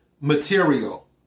material